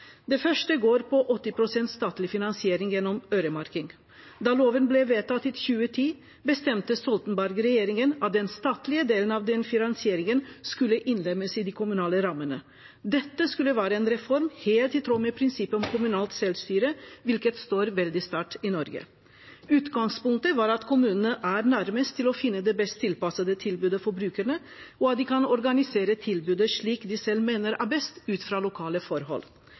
Det første går på 80 pst. statlig finansiering gjennom øremerking. Da loven ble vedtatt i 2010, bestemte Stoltenberg-regjeringen at den statlige delen av finansieringen skulle innlemmes i de kommunale rammene. Dette skulle være en reform helt i tråd med prinsippet om kommunalt selvstyre, hvilket står veldig sterkt i Norge. Utgangspunktet var at kommunene er nærmest til å finne det best tilpassede tilbudet for brukerne, og at de kan organisere tilbudet slik de selv mener er best, ut fra lokale forhold.